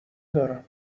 دارم